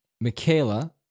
michaela